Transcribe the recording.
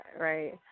right